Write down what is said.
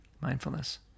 mindfulness